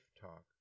Talk